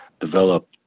develop